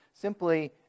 Simply